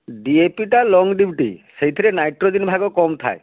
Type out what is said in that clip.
ଡିଏପିଟା ଲଙ୍ଗ ଡିପ୍ଟି ସେଇଥିରେ ନାଇଟ୍ରୋଜେନ ଭାଗ କମ୍ ଥାଏ